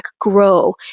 grow